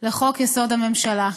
לחוק-יסוד: הממשלה.